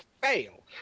fail